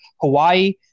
hawaii